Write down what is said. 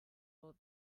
will